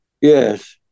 Yes